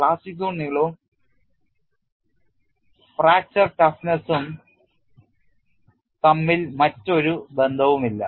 plastic zone നീളവും fracture ടഫ്നെസ്സും തമ്മിൽ മറ്റൊരു ബന്ധവുമില്ല